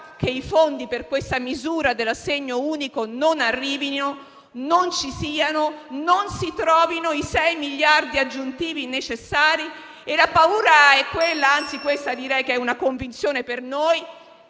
che i fondi per questa misura dell'assegno unico non arrivino e non ci siano, né si trovino i 6 miliardi aggiuntivi necessari. La paura - che per noi è, anzi, una convinzione - è